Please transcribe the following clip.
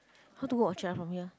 how to watch ah from here